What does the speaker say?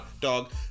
dog